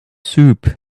soup